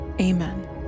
Amen